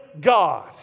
God